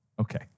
Okay